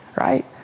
right